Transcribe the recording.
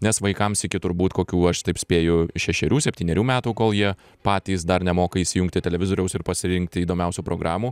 nes vaikams iki turbūt kokių aš taip spėju šešerių septynerių metų kol jie patys dar nemoka įsijungti televizoriaus ir pasirinkti įdomiausių programų